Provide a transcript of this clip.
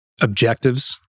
objectives